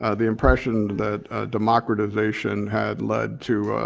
ah the impression that democratization had led to